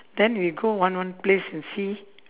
then we go one one place and see